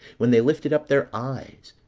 when they lifted up their eyes,